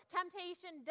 Temptation